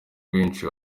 abenshi